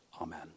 Amen